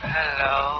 Hello